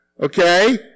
okay